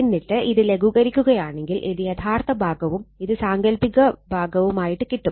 എന്നിട്ട് ഇത് ലഘൂകരിക്കുകയാണെങ്കിൽ ഇത് യഥാർത്ഥ ഭാഗവും ഇത് സാങ്കല്പിക ഭാഗവും ആയിട്ട് കിട്ടും